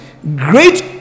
Great